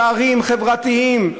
פערים חברתיים,